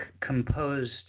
composed